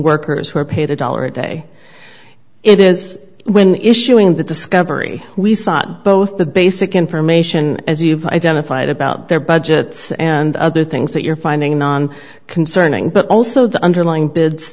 workers who are paid a dollar a day it is when issuing the discovery we sought both the basic information as you've identified about their budgets and other things that you're finding on concerning but also the underlying bids